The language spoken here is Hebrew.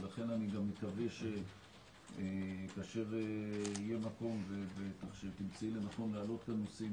ולכן אני גם מקווה שכאשר יהיה מקום ותמצאי לנכון להעלות נושאים,